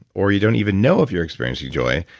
or you don't even know if you're experiencing joy,